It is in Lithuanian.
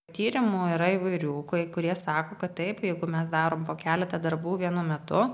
tyrimų yra įvairių kai kurie sako kad taip jeigu mes darom po keletą darbų vienu metu